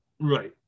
right